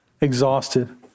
exhausted